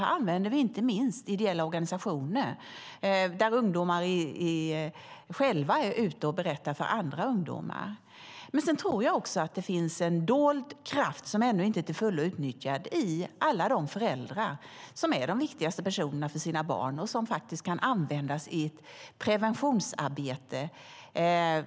Här använder vi inte minst ideella organisationer, där ungdomar är ute och berättar för andra ungdomar. Sedan tror jag också att det finns en dold kraft som ännu inte är utnyttjad i alla föräldrar, som är de viktigaste personerna för sina barn. De kan faktiskt användas i preventionsarbetet.